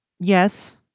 Yes